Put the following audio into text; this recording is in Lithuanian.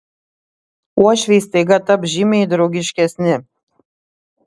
uošviai staiga taps žymiai draugiškesni